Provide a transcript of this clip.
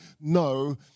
no